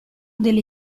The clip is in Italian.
delle